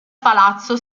palazzo